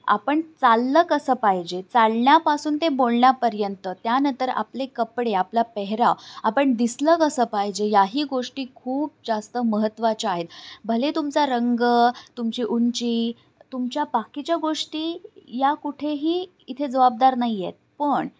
आपण चाललं कसं पाहिजे चालण्यापासून ते बोलण्यापर्यंत त्यानंतर आपले कपडे आपला पेहराव आपण दिसलं कसं पाहिजे याही गोष्टी खूप जास्त महत्त्वाच्या आहेत भले तुमचा रंग तुमची उंची तुमच्या बाकीच्या गोष्टी या कुठेही इथे जबाबदार नाही आहेत पण